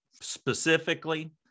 specifically